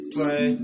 Play